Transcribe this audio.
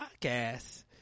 podcast